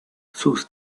sus